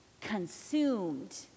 consumed